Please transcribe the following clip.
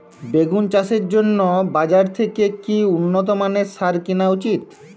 বেগুন চাষের জন্য বাজার থেকে কি উন্নত মানের সার কিনা উচিৎ?